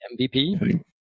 MVP